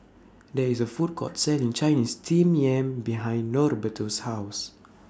There IS A Food Court Selling Chinese Steamed Yam behind Norberto's House